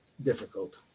difficult